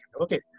Okay